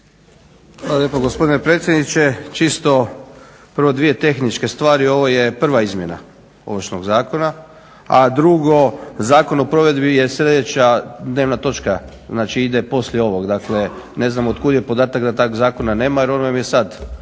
Hvala lijepo gospodine predsjedniče. Čisto prvo dvije tehničke stvari, ovo je prva izmjena Ovršnog zakona, a drugo, Zakon o provedbi je sljedeća dnevna točka znači ide poslije ovoga. Dakle ne znam od kuda je podatak da tog zakona nema jer on je vam sada